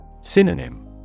Synonym